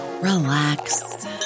relax